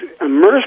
immersed